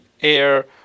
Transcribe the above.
air